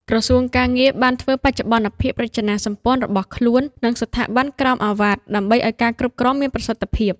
ក្រសួងការងារ បានធ្វើបច្ចុប្បន្នភាពរចនាសម្ព័ន្ធរបស់ខ្លួន និងស្ថាប័នក្រោមឱវាទដើម្បីឱ្យការគ្រប់គ្រងមានប្រសិទ្ធភាព។